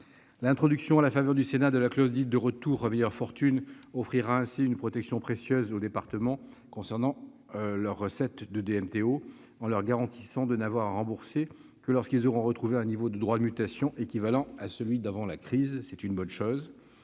L'introduction au Sénat de la clause dite « de retour à meilleure fortune » offrira ainsi une protection précieuse aux départements concernant leurs recettes de DMTO, en leur garantissant qu'ils n'auront à les rembourser que lorsqu'ils auront retrouvé un niveau de droits de mutation équivalent à celui d'avant la crise. C'est une bonne chose.